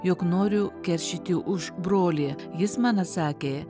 jog noriu keršyti už brolį jis man atsakė